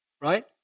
right